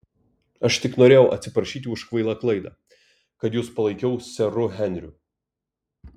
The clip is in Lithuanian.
aš tik norėjau atsiprašyti už kvailą klaidą kad jus palaikiau seru henriu